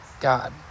God